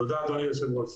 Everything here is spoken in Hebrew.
תודה אדוני היושב-ראש.